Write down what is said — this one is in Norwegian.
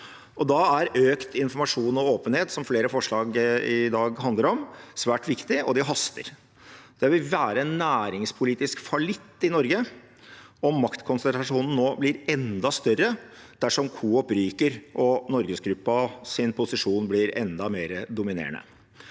Da er økt informasjon og åpenhet, som flere forslag i dag handler om, svært viktig – og det haster. Det vil være en næringspolitisk fallitt i Norge om maktkonsentrasjonen nå blir enda større dersom Coop ryker og Norgesgruppens posisjon blir enda mer dominerende.